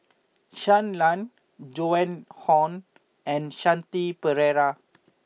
Shui Lan Joan Hon and Shanti Pereira